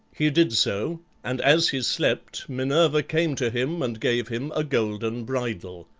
he did so, and as he slept minerva came to him and gave him a golden bridle.